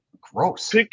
gross